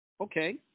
Okay